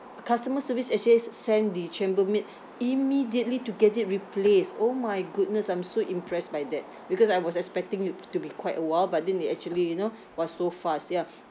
customer service actually s~ send the chambermaid immediately to get it replaced oh my goodness I'm so impressed by that because I was expecting it to be quite a while but then it actually you know was so fast ya